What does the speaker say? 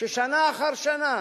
ששנה אחר שנה,